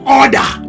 order